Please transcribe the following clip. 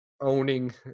owning